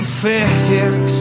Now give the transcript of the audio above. fix